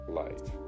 life